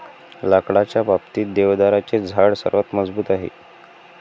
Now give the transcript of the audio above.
लाकडाच्या बाबतीत, देवदाराचे झाड सर्वात मजबूत आहे